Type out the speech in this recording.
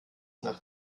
nach